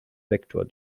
vektor